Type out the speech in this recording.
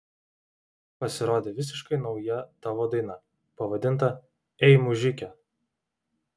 pasirodė visiškai nauja tavo daina pavadinta ei mužike